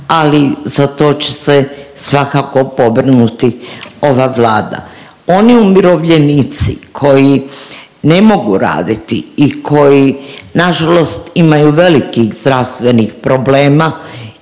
ali za to će se svakako pobrinuti ova Vlada. Oni umirovljenici koji ne mogu raditi i koji nažalost imaju velikih zdravstvenih problema